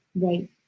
Right